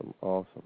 awesome